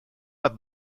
bat